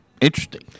Interesting